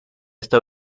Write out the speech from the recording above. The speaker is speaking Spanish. está